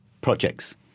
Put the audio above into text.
projects